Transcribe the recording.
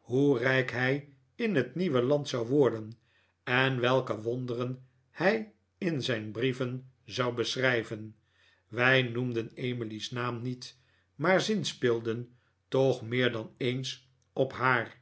hoe rijk hij in het nieuwe land zou worden en welke wonderen hij in zijn brieven zou beschrijven wij noemden emily's naam niet maar zinspeelden toch meer dan eens op haar